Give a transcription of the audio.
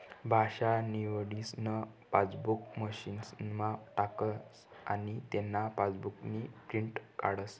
भाषा निवडीसन पासबुक मशीनमा टाकस आनी तेना पासबुकनी प्रिंट काढस